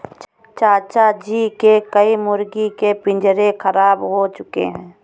चाचा जी के कई मुर्गी के पिंजरे खराब हो चुके हैं